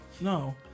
No